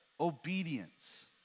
Obedience